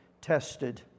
tested